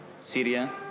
Syria